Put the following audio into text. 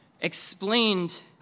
explained